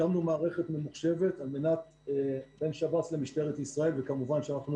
הקמנו מערכת ממוחשבת בין שב"ס למשטרת ישראל וכמובן שאנחנו